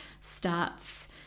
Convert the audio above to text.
starts